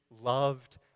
loved